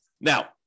Now